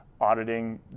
auditing